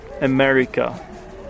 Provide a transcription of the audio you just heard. America